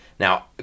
Now